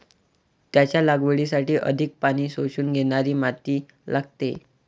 त्याच्या लागवडीसाठी अधिक पाणी शोषून घेणारी माती लागते